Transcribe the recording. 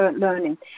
learning